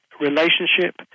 relationship